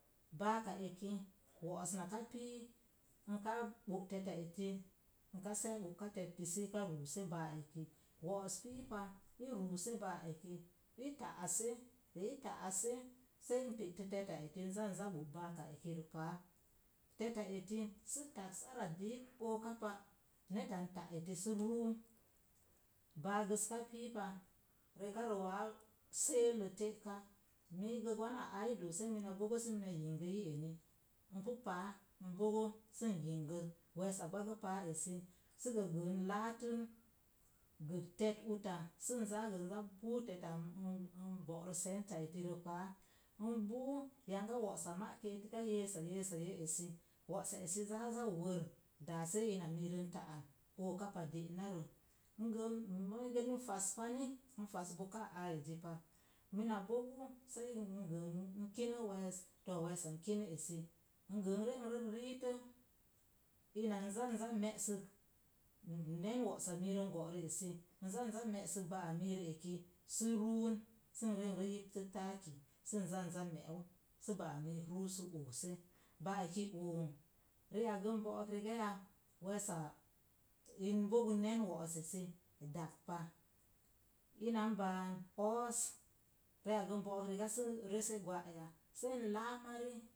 Baaka eki, wo'os naka pii, nka ɓo’ teta eti, n see bo'ka tetti sii ka rumse ba'a eki, wo'os piipa i ruuse ba'a eki i taase, de i taase, sai n pe'tə teta eti n zan za bo’ baaka eki rə pa. Teta eti sii tagks ara dúk ookapa neta n ta eti so ruu baagəs piipa rikarə waa seelə təka, miigə gwan a aa i doose mina bogo səmina yingə yi’ eni n pu paa. N bogo sən yingə, weesa gbangə paa esi sə gə gə n laatən gə tet uta sən zaa gə n puu teta n burə senta etirə paa. N bun yanga wo'sa ma’ keetəka yeesa yeesa ye'esi, wo'sa esi zaa za wər daase ina miirə n ta'an, ooka pa de’ narə. Ngə n moo iigə n faspani n fas bokaa azipa, mina bogu sai n gəə n kinə wees, tu weesa n kinə esi, n gə ree nritə ina n zan zaa n me'sək nen wo'sa miirə n bo'rə esi n zan zan me'sək ba'a mirə eki sə ruun. Sən ren re yiptə taaki sən zan zaa meru, sə ba'a mik rau sə oose. Ba'a eki oo ri'ak gə n bo'ok rigiya, weasa in bogən nen wo'os esi dagpa ina nbaan oos, ri'ak gə n bo'ok rigasə resə gwa’ ya sei n laa mari